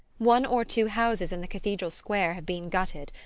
one or two houses in the cathedral square have been gutted,